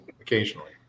occasionally